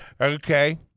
Okay